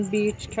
Beach